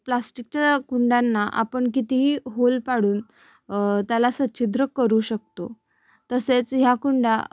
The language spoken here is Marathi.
प्लास्टिकच्या कुंड्यांना आपण कितीही होल पाडून त्याला सच्छिद्र करू शकतो तसेच ह्या कुंड्या